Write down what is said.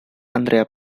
andrea